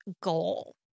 goal